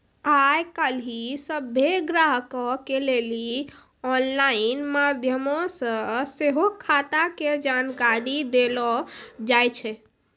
आइ काल्हि सभ्भे ग्राहको के लेली आनलाइन माध्यमो से सेहो खाता के जानकारी देलो जाय छै